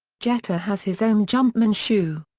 jeter has his own jumpman shoe.